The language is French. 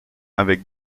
avec